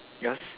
yours